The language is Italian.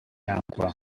acqua